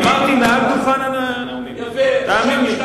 אמרתי מעל דוכן הנאומים, תאמין לי.